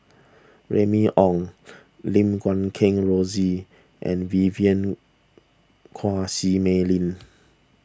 Remy Ong Lim Guat Kheng Rosie and Vivien Quahe Seah Mei Lin